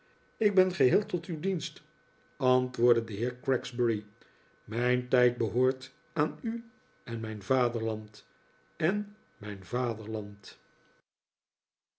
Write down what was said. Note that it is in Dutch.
ik ben geheel tot uw dienst antwoordde de heer gregsbury mijn tijd behoort aan u en mijn vaderland en mijn